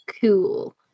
Cool